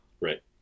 Right